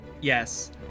Yes